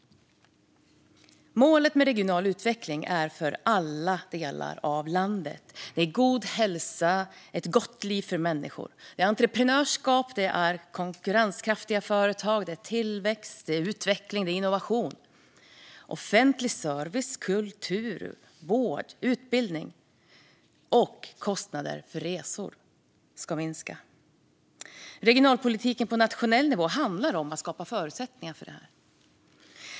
Målet med regional utveckling gäller alla delar av landet och handlar om god hälsa och ett gott liv för människor. Det handlar om entreprenörskap, konkurrenskraftiga företag, tillväxt, utveckling och innovation. Det handlar om offentlig service, kultur, vård och utbildning. Kostnader för resor ska minska. Regionalpolitiken på nationell nivå handlar om att skapa förutsättningar för detta.